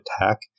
attack